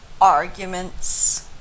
arguments